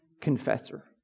confessor